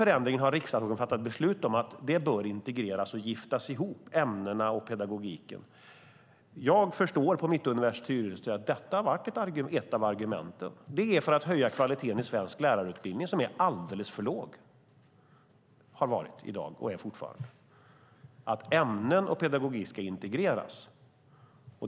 Riksdagen har fattat beslut om den förändringen, att det bör integreras och giftas ihop, ämnena och pedagogiken. Jag förstår, på Mittuniversitetets styrelse, att detta har varit ett av argumenten. Det är för att höja kvaliteten i svensk lärarutbildning, som har varit och fortfarande är alldeles för låg. Ämnen och pedagogik ska integreras.